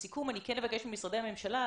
בסיכום אני אבקש ממשרדי הממשלה,